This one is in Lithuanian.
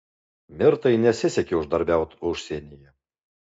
mirtai nesisekė uždarbiaut užsienyje